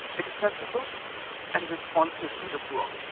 accessible and responsive to the poor.